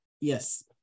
yes